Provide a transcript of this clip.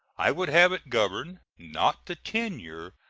i would have it govern, not the tenure,